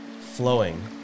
Flowing